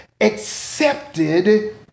accepted